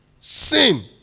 Sin